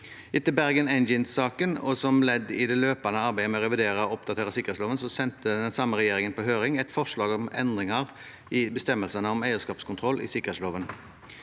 Etter Bergen Engines-saken og som ledd i det løpende arbeidet med å revidere og oppdatere sikkerhetsloven sendte den samme regjeringen på høring et forslag om endringer i bestemmelsene om eierskapskontroll i sikkerhetsloven.